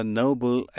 noble